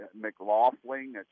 McLaughlin